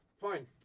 fine